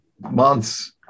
months